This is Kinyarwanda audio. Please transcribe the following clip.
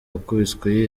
wakubiswe